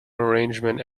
arrangement